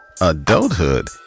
Adulthood